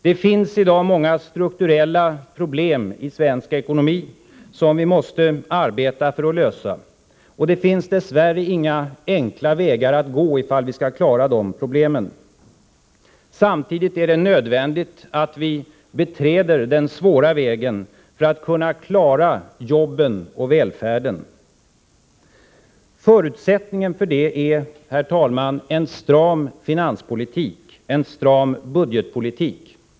Det finns i dag många strukturella problem i svensk ekonomi som vi måste arbeta för att lösa, och det finns dess värre inga enkla vägar att gå, om vi skall klara dem. Samtidigt är det nödvändigt att vi beträder den svåra vägen för att kunna klara jobben och välfärden. Herr talman! Förutsättningen för detta är en stram finanspolitik, en stram budgetpolitik.